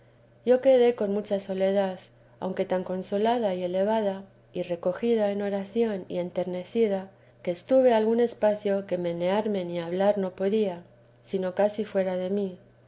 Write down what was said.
yo quedé con mucha soledad aunque tan consolada elevada y recogida en oración y enternecida que estuve algún espacio que menearme ni hablar no podía sino casi fuera de mí